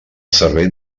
servei